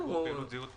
עבור תגבור פעילות זהות